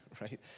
Right